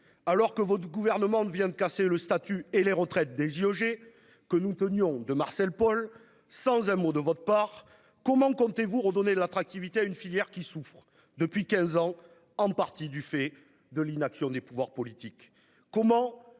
alors que votre gouvernement ne vient de casser le statut et les retraites des IEG que nous tenions de Marcel Paul, sans un mot de votre part. Comment comptez-vous redonner de l'attractivité à une filière qui souffre depuis 15 ans en partie du fait de l'inaction des pouvoirs politiques.